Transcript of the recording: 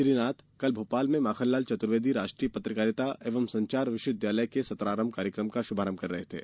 श्री नाथ कल भोपाल में माखनलाल चतुर्वेदी राष्ट्रीय पत्रकारिता एवं संचार विश्वविद्यालय के सत्रारंभ कार्यक्रम का शुभारंभ कर रहे थे